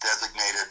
designated